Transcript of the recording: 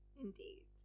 indeed